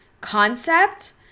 concept